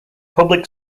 public